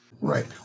Right